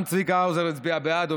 גם האוזר הצביע בעד.